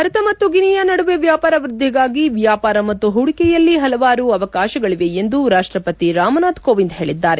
ಭಾರತ ಮತ್ತು ಗಿನಿ ದೇಶಗಳ ನಡುವೆ ವ್ಚಾಪಾರ ವ್ಚದ್ದಿಗಾಗಿ ವ್ಚಾಪಾರ ಮತ್ತು ಪೂಡಿಕೆಯಲ್ಲಿ ಪಲವಾರು ಅವಕಾಶಗಳಿವೆ ಎಂದು ರಾಷ್ಟಪತಿ ರಾಮನಾಥ್ ಕೋವಿಂದ್ ಹೇಳಿದ್ದಾರೆ